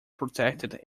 protected